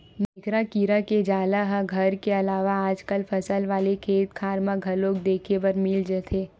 मेकरा कीरा के जाला ह घर के अलावा आजकल फसल वाले खेतखार म घलो देखे बर मिली जथे